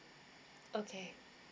okay